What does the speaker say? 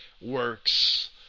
works